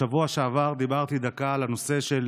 בשבוע שעבר דיברתי דקה על הנושא של